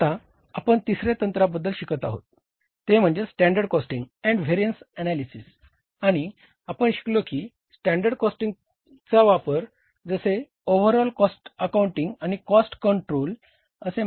आता आपण तिसर्या तंत्राबद्दल शिकत आहोत ते म्हणजे standard costing and variance analysis असे महत्वपूर्ण साधन म्हणून केले जाते